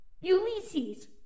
Ulysses